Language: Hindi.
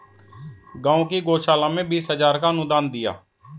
गांव की गौशाला में बीस हजार का अनुदान दिया